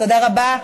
תודה רבה.